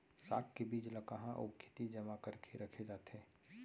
साग के बीज ला कहाँ अऊ केती जेमा करके रखे जाथे?